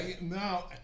no